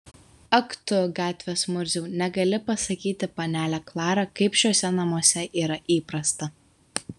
ak tu gatvės murziau negali pasakyti panelę klarą kaip šiuose namuose yra įprasta